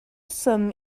swm